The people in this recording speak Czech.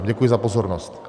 Děkuji za pozornost.